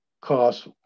cost